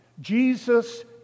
Jesus